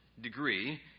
degree